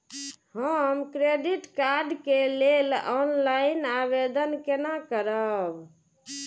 हम credit card के लेल ऑनलाइन आवेदन केना करब?